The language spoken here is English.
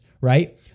right